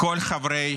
כל חברי